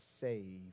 save